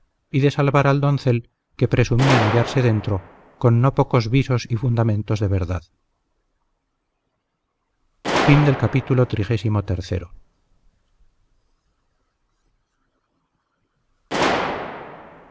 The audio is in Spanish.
y de salvar al doncel que presumían hallarse dentro con no pocos visos y fundamentos de verdad